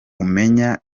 umenya